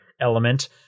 element